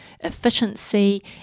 efficiency